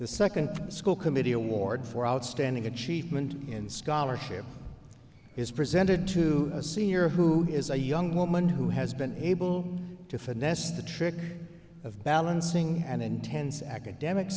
the second school committee award for outstanding achievement in scholarship is presented to a senior who is a young woman who has been able to finesse the trick of balancing and intends academic